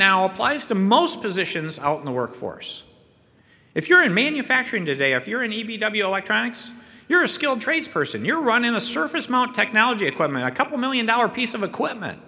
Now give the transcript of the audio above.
now applies to most positions out in the workforce if you're in manufacturing today if you're an electronics you're a skilled trades person you're running a surface mount technology equipment a couple million dollar piece of equipment